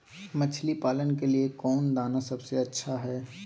मछली पालन के लिए कौन दाना सबसे अच्छा है?